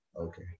Okay